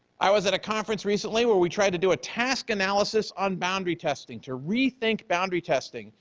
i was at a conference recently where we tried to do a task analysis on boundary testing to re-think boundary testing,